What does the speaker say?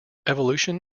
evolution